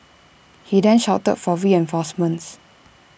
he then shouted for reinforcements